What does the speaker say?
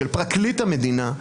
של פרקליט המדינה,